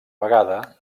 vegada